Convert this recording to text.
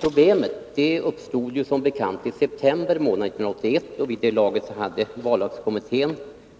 Problemet i Västtyskland uppstod som bekant i september 1981. Vid det laget hade vallagskommittén